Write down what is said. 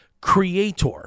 creator